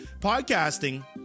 podcasting